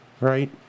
right